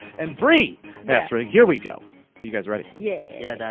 and bree essrig. here we go. are you guys ready? yeah.